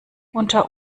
unter